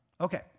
Okay